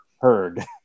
heard